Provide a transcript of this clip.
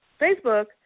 Facebook